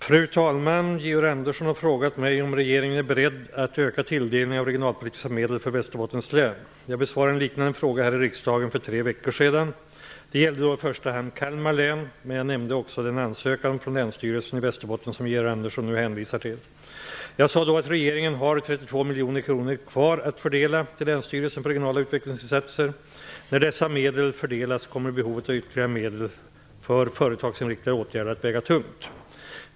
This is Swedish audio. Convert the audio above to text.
Fru talman! Georg Andersson har frågat mig om regeringen är beredd att öka tilldelningen av regionalpolitiska medel för Västerbottens län. Jag besvarade en liknande fråga här i riksdagen för tre veckor sedan. Det gällde då i första hand Kalmar län, men jag nämnde också den ansökan från Länsstyrelsen i Västerbotten som Georg Andersson nu hänvisar till. Jag sade då att regeringen har 32 miljoner kronor kvar att fördela till länsstyrelserna för regionala utvecklingsinsatser. När dessa medel fördelas kommer behovet av ytterligare medel för företagsinriktade åtgärder att väga tungt.